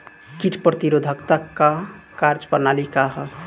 कीट प्रतिरोधकता क कार्य प्रणाली का ह?